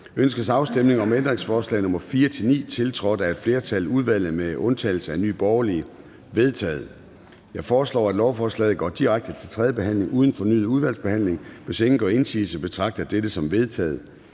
Ønskes afstemning om ændringsforslag nr. 4-9, tiltrådt af et flertal (udvalget med undtagelse af NB)? De er vedtaget. Jeg foreslår, at lovforslaget går direkte til tredje behandling uden fornyet udvalgsbehandling. Hvis ingen gør indsigelse, betragter jeg dette som vedtaget.